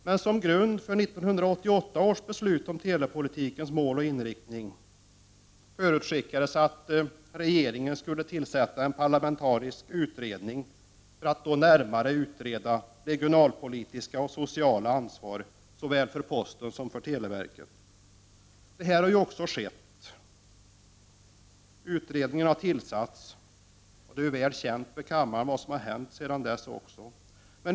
Men som grund för 1988 års beslut om telepolitikens mål och inriktning förutskickades att regeringen skulle tillkalla en parlamentarisk utredning för att närmare utreda statens regionalpolitiska och sociala ansvar på postoch teleområdena. Så har också skett och vad som vidare hänt utredningen är väl känt för kammaren.